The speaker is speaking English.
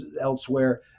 elsewhere